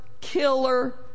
killer